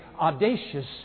audacious